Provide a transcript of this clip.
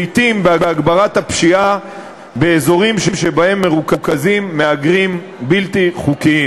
לעתים בהגברת הפשיעה באזורים שבהם מרוכזים מהגרים בלתי חוקיים.